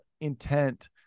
intent